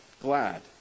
glad